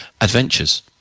Adventures